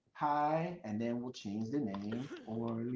hi, and then we'll change the name, orlie,